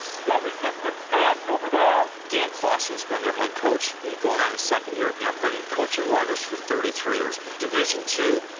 you got resistance bands over there. dan claussen's been their head coach going on his second year yeah but he's been coaching runners for thirty three years. division two,